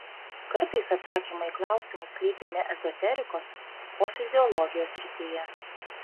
kartais atsakymai į klausimus slypi ne ezoterikos o fiziologijos srityje